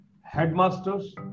headmasters